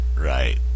right